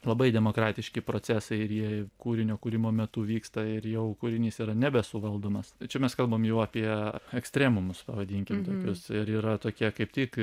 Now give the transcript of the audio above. labai demokratiški procesai ir jie kūrinio kūrimo metu vyksta ir jau kūrinys yra nebesuvaldomas čia mes kalbam jau apie ekstremumus pavadinkim tokius ir yra tokia kaip tik